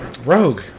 Rogue